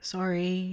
Sorry